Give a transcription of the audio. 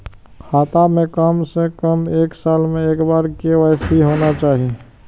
खाता में काम से कम एक साल में एक बार के.वाई.सी होना चाहि?